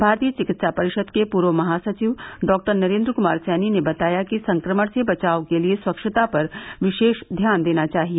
भारतीय चिकित्सा परिषद के पूर्व महासचिव डॉक्टर नरेन्द्र कुमार सैनी ने बताया कि संक्रमण से बचाव के लिये स्वच्छता पर विशेष ध्यान देना चाहिए